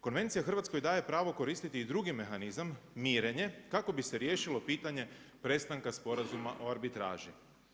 Konvencija Hrvatskoj daje pravo koristiti i drugi mehanizam mirenjem kako bi se riješilo pitanje prestanka Sporazuma o arbitraži.